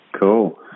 cool